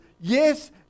yes